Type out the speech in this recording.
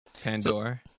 Pandora